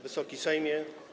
Wysoki Sejmie!